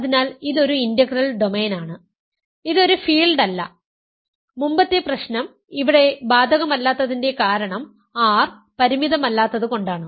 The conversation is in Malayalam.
അതിനാൽ ഇത് ഒരു ഇന്റഗ്രൽ ഡൊമെയ്നാണ് ഇത് ഒരു ഫീൽഡല്ല മുമ്പത്തെ പ്രശ്നം ഇവിടെ ബാധകമല്ലാത്തതിന്റെ കാരണം R പരിമിതമല്ലാത്തത് കൊണ്ടാണ്